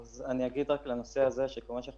אני אגיד רק לנושא הזה שכיוון שאנחנו